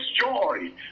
joy